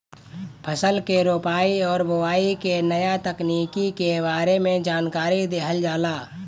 फसल के रोपाई और बोआई के नया तकनीकी के बारे में जानकारी देहल जाला